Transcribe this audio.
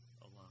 alone